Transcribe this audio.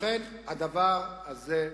לכן, הדבר הזה נכון.